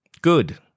Good